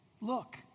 Look